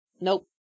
Nope